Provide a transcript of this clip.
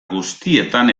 guztietan